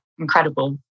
Incredible